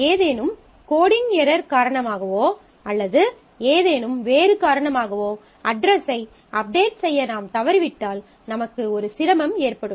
ஏதேனும் coding error காரணமாகவோ அல்லது ஏதேனும் வேறு காரணமாகவோ அட்ரஸை அப்டேட் செய்ய நாம் தவறவிட்டால் நமக்கு ஒரு சிரமம் ஏற்படும்